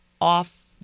off